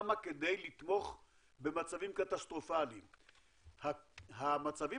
קמה כדי לתמוך במצבים קטסטרופליים, המצבים